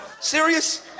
Serious